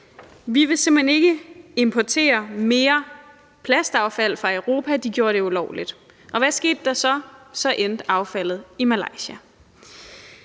vi vil simpelt hen ikke importere mere plastaffald fra Europa. De gjorde det ulovligt. Og hvad skete der så? Så endte affaldet i Malaysia.